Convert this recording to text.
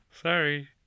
sorry